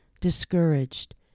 discouraged